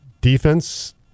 defense